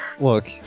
look